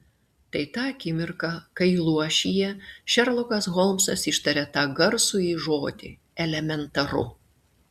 tai ta akimirka kai luošyje šerlokas holmsas ištaria tą garsųjį žodį elementaru